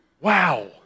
wow